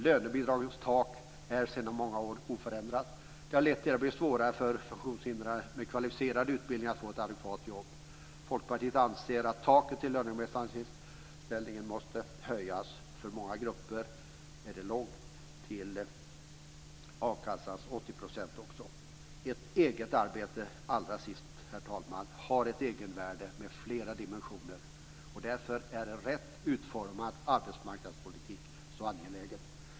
Lönebidragens tak är sedan många år oförändrat. Det har lett till att det blivit svårare för funktionshindrade med kvalificerad utbildning att få ett adekvat jobb. Folkpartiet anser att taket för lönebidragsanställningar måste höjas. För många grupper är det också långt till a-kassans 80 %. Ett eget arbete, herr talman, har ett egenvärde med flera dimensioner. Därför är en rätt utformad arbetsmarknadspolitik så angelägen.